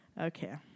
Okay